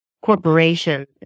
corporations